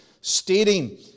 stating